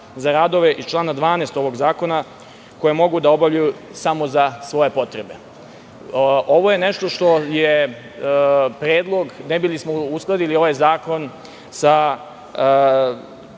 za radove iz člana 12. ovog zakona, koje mogu da obavljaju samo za svoje potrebe. Ovo je nešto što je predlog ne bi li smo uskladili ovaj zakon sa